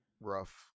rough